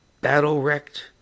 battle-wrecked